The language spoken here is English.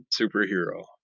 superhero